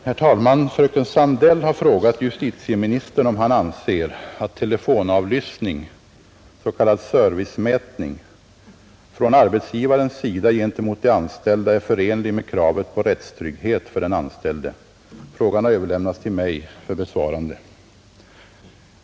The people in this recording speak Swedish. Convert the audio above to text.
Herr talman! Fröken Sandell har frågat justitieministern om han anser att telefonavlyssning — s.k. servicemätning — från arbetsgivarens sida gentemot de anställda är förenlig med kravet på rättstrygghet för den anställde. Frågan har överlämnats till mig för besvarande.